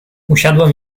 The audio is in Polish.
usiadłem